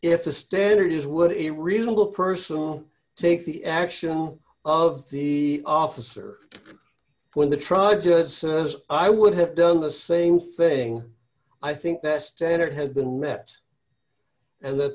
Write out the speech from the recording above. if the standard is would a reasonable person take the action of the officer when the tragedy was i would have done the same thing i think that standard has been met and